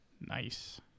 Nice